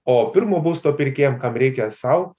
o pirmo būsto pirkėjam kam reikia sau